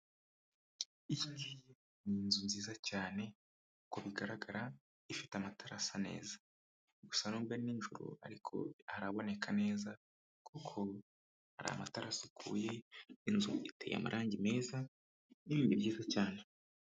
Iyi ngiyi ni inzu nziza cyane, uko bigaragara ifite amatara asa neza. Gusa nubwo ari nijoro ariko haraboneka neza kuko hari amatara asukuye, inzu iteye amarangi meza n'ibindi byiza cyane.